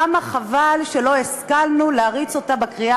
כמה חבל שלא השכלנו להריץ אותה בקריאה